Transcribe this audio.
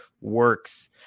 works